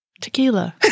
Tequila